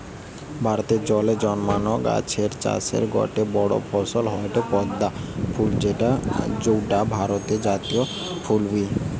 ভারতে জলে জন্মানা গাছের চাষের গটে বড় ফসল হয়ঠে পদ্ম ফুল যৌটা ভারতের জাতীয় ফুল বি